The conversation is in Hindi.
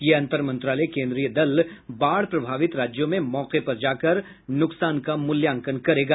ये अंतर मंत्रालय केन्द्रीय दल बाढ़ प्रभावित राज्यों में मौके पर जाकर नुकसान का मूल्यांकन करेगा